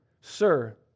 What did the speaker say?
Sir